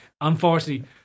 Unfortunately